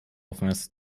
abgelaufen